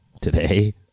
today